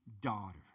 daughter